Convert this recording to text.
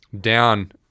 down